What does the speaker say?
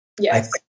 yes